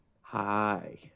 Hi